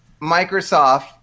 Microsoft